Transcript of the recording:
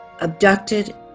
abducted